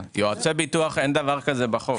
אין דבר הזה בחוק.